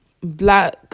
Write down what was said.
black